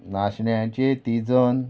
नाशण्याचे तिजन